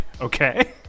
okay